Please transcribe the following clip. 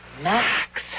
Max